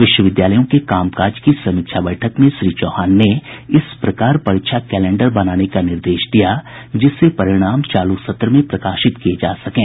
विश्वविद्यालयों के काम काज की समीक्षा बैठक में श्री चौहान ने इस प्रकार परीक्षा कैलेंडर बनाने का निर्देश दिया जिससे परिणाम चालू सत्र में प्रकाशित किये जा सकें